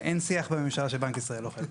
אין שיח בממשלה שבנק ישראל הוא לא חלק ממנו.